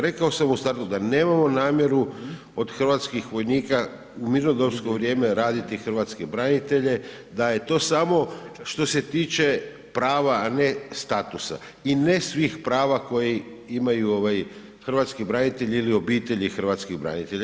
Rekao sam u startu da nemamo namjeru od hrvatskih vojnika u mirnodopsko vrijeme raditi hrvatske branitelje, da je to samo što se tiče prava, a ne statusa i ne svih prava koje imaju hrvatski branitelji ili obitelji hrvatskih branitelja.